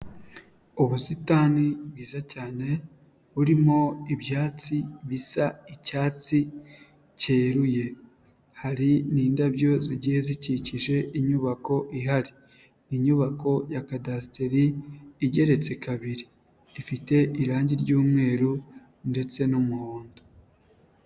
Ubusitani bwiza cyane, burimo ibyatsi bisa icyatsi cyeruye, hari n'indabyo zigiye zikikije inyubako ihari. Ni inyubako ya kadasiteri igeretse kabiri, ifite irangi ry'umweru ndetse n'umuhondo.